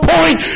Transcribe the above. Point